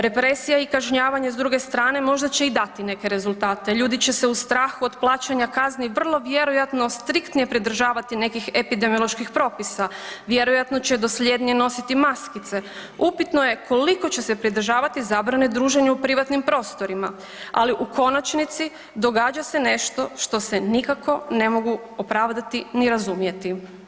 Represija i kažnjavanje s druge strane možda će i dati neke rezultate, ljudi će se u strahu od plaćanja kazni vrlo vjerojatno striktnije pridržavati nekih epidemioloških propisa, vjerojatno će dosljednije nositi maskice, upitno je koliko će se pridržavati zabrane druženja u privatnim prostorima, ali u konačnici događa se nešto što se nikako ne mogu opravdati ni razumjeti.